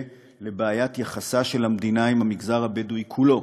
לבעיית יחסה של המדינה למגזר הבדואי כולו,